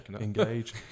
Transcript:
engage